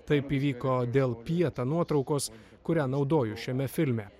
taip įvyko dėl pieta nuotraukos kurią naudoju šiame filme